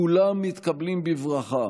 כולם מתקבלים בברכה,